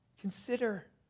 consider